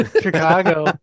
chicago